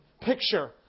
picture